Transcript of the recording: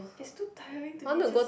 is too tiring to be just